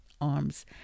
arms